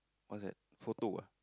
what's that photo ah